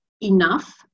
enough